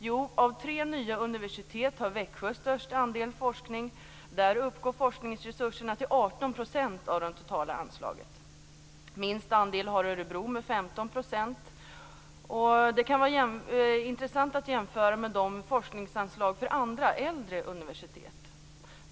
Jo, av tre nya universitet har Växjö störst andel forskning. Där uppgår forskningsresurserna till 18 % av det totala anslaget. Minst andel har Örebro med 15 %. Detta kan vara intressant att jämföra med forskningsanslagen för andra, äldre universitet.